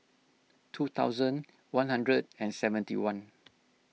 two thousand one hundred and seventy one